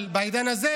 אבל בעידן הזה